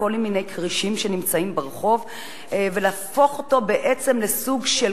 לכל מיני כרישים שנמצאים ברחוב ולהפוך אותו בעצם לסוג של